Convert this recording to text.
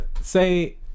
Say